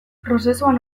prozesuan